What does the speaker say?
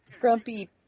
grumpy